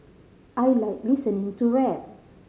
I like listening to rap